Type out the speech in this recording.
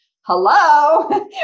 hello